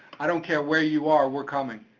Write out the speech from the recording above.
i don't care where you are, we're coming.